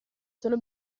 solo